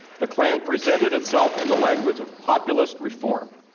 the klan presented itself in the language of populist reform,